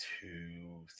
two